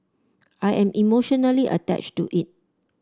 I am emotionally attached to it